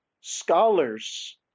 Scholars